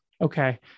Okay